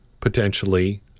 potentially